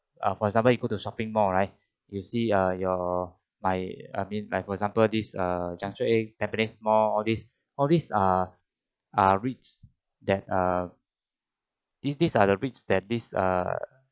for example you go to shopping mall right you see ah your like I mean for example this err junction eight tampines mall all these all these are are REITS that err these are the ritz that this err